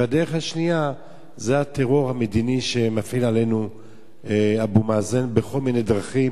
והדרך השנייה היא הטרור המדיני שמפעיל עלינו אבו מאזן בכל מיני דרכים.